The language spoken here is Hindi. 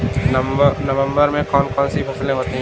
नवंबर में कौन कौन सी फसलें होती हैं?